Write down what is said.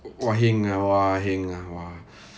!wah! heng ah !wah! heng ah !wah!